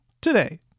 today